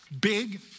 big